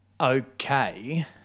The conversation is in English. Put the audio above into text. okay